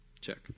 Check